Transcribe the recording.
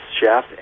chef